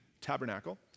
tabernacle